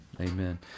Amen